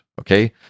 okay